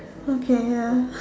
okay ya